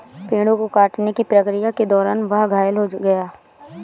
पेड़ों को काटने की प्रक्रिया के दौरान वह घायल हो गया